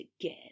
again